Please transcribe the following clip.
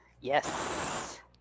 Yes